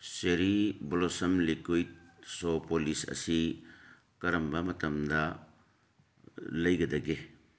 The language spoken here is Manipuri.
cherry Blossom liquid shoe polish ꯑꯁꯤ ꯀꯔꯝꯕ ꯃꯇꯝꯗ ꯂꯩꯒꯗꯒꯦ